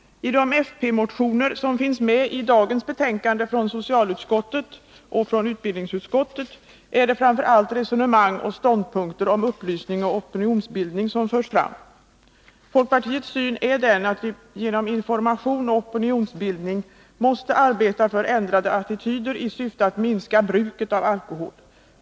I de fp-motioner som finns med i dagens betänkanden från socialutskottet resp. utbildningsutskottet är det framför allt resonemang och ståndpunkter i fråga om upplysning och opinionsbildning som förs fram. Folkpartiets syn är att vi genom information och opinionsbildning måste arbeta för ändrade attityder i syfte att minska bruket av alkohol.